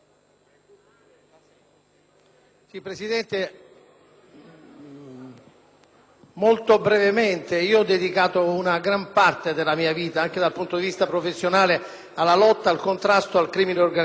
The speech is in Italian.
Signor Presidente, ho dedicato gran parte della mia vita, anche dal punto di vista professionale, alla lotta e al contrasto al crimine organizzato. Continuerò a farlo fino alla fine dei miei giorni.